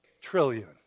trillion